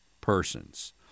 persons